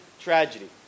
tragedy